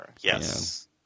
Yes